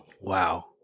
Wow